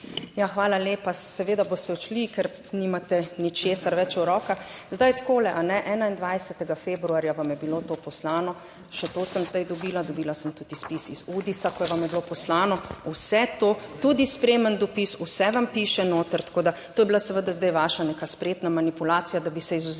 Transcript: Hvala lepa. Seveda boste odšli, ker nimate ničesar več v rokah. Zdaj, takole, 21. februarja vam je bilo to poslano, še to sem zdaj dobila, dobila sem tudi izpis iz Udisa, ko vam je bilo poslano, vse to tudi spremeni dopis, vse vam piše noter. Tako da to je bila seveda zdaj vaša neka spretna manipulacija, da bi se izvzel